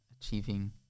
achieving